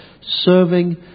serving